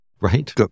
Right